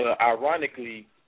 ironically